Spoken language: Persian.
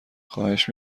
خواهش